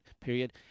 period